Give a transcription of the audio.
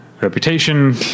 reputation